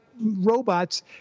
robots